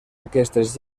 aquestes